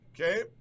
okay